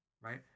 Right